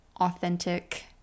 authentic